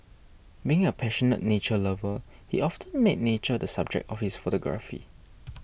being a passionate nature lover he often made nature the subject of his photography